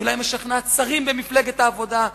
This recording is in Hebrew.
היא אולי משכנעת שרים במפלגת העבודה.